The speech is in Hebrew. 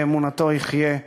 באמונתו יחיה,